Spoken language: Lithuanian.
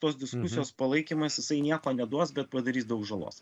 tos diskusijos palaikymas jisai nieko neduos bet padarys daug žalos